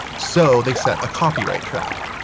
so they set a copyright trap,